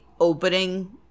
opening